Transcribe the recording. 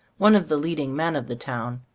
one of the leading men of the town.